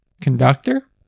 conductor